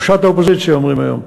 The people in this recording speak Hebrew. ראשת האופוזיציה אומרים היום,